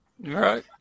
Right